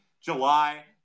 July